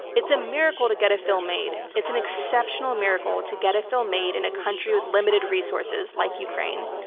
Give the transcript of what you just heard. it's a miracle to get a film made. it's an exceptional miracle to get a film made in a country with limited resources like ukraine.